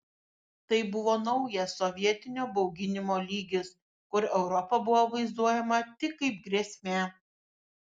tai buvo naujas sovietinio bauginimo lygis kur europa buvo vaizduojama tik kaip grėsmė